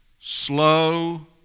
slow